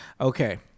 Okay